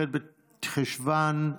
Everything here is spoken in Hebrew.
ח' בחשוון,